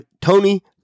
Tony